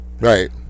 Right